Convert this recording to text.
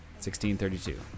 1632